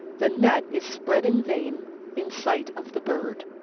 the net is spread in vain in sight of the bird.